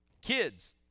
Kids